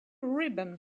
ribbon